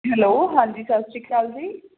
hello ਹਾਂਜੀ ਸਤਿ ਸ਼੍ਰੀ ਅਕਾਲ ਜੀ